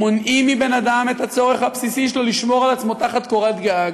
מונעים מאדם את הצורך הבסיסי שלו לשמור על עצמו תחת קורת גג,